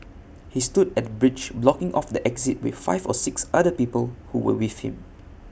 he stood at the bridge blocking off the exit with five or six other people who were with him